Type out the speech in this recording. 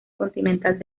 continental